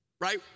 right